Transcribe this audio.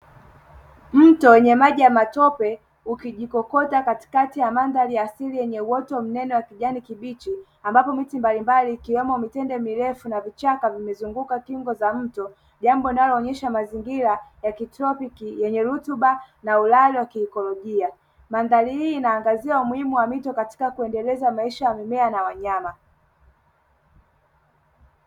Mto wenye maji ya matope ukijikokota katikati ya mandhari ya asili yenye uoto mnene wa kijani kibichi, ambapo miti mbalimbali ikiwemo mitende mirefu na vichaka vimezunguka kiungo za mto jambo linaloonyesha mazingira ya kitropiki yenye rutuba na ulalo wa kiikolojia, mandhari hii inaangazia umuhimu wa mito katika kuendeleza maisha ya mimea na wanyama.